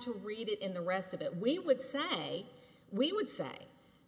to read it in the rest of it we would say we would say